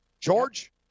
George